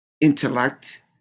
intellect